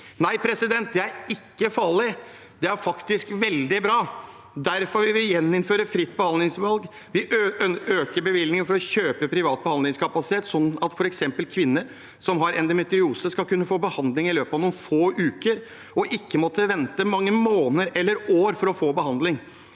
det. Nei, det er ikke farlig, det er faktisk veldig bra. Derfor vil vi gjeninnføre fritt behandlingsvalg og øke bevilgningene til kjøp av privat behandlingskapasitet, slik at f.eks. kvinner som har endometriose, skal kunne få behandling i løpet av noen få uker og ikke måtte vente i mange måneder – eller år – for å få behandling,